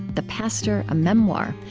the pastor a memoir,